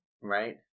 Right